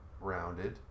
rounded